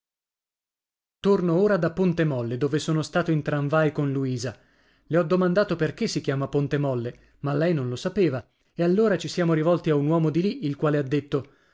torno ora da ponte molle dove sono stato in tranvai con luisa le ho domandato perché si chiama ponte molle ma lei non lo sapeva e allora ci siamo rivolti a un uomo di lì il quale ha detto